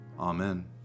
Amen